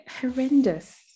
horrendous